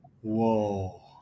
Whoa